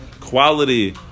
quality